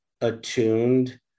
attuned